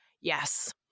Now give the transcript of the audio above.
yes